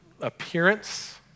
appearance